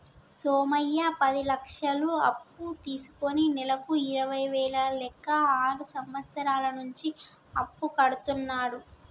సోమయ్య పది లక్షలు అప్పు తీసుకుని నెలకు ఇరవై వేల లెక్క ఆరు సంవత్సరాల నుంచి అప్పు కడుతున్నాడు